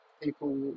people